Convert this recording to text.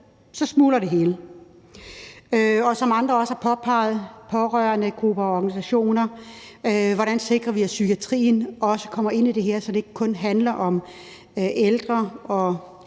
så smuldrer det hele. Som andre også har påpeget – pårørendegrupper og organisationer – så skal vi se på, hvordan vi sikrer, at psykiatrien også kommer ind i det her, så det ikke kun handler om ældre og